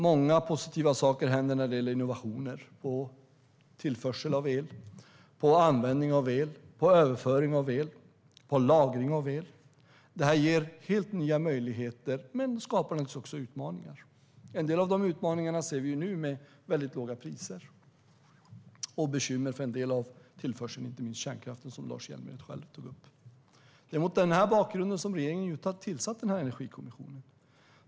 Många positiva saker händer när det gäller innovationer och tillförsel av el, användning av el, överföring av el och lagring av el. Det ger helt nya möjligheter men skapar också utmaningar. En del av de utmaningarna ser vi nu med väldigt låga priser och bekymmer för en del av tillförseln. Det gäller inte minst kärnkraften, som Lars Hjälmered själv tog upp. Det är mot den bakgrunden som regeringen har tillsatt Energikommissionen.